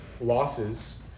losses